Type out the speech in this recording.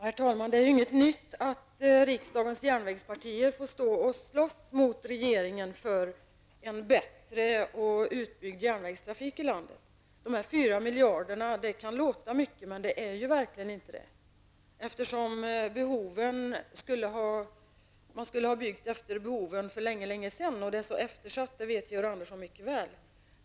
Herr talman! Det är inget nytt att riksdagens järnvägspartier får stå och slåss mot regeringen för en bättre och utbyggd järnvägstrafik i landet. De här 4 miljarderna kan låta mycket, men det är verkligen inte det, eftersom man skulle ha byggt efter behoven för länge sedan, och järnvägen är mycket eftersatt, det vet Georg Andersson mycket väl.